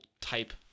type